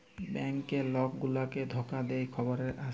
bank যে লক গুলাকে ধকা দে খবরে আসে